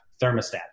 thermostat